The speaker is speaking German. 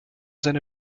seine